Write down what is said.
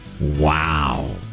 Wow